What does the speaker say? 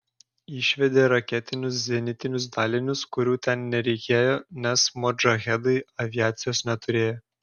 išvedė raketinius zenitinius dalinius kurių ten nereikėjo nes modžahedai aviacijos neturėjo